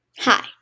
Hi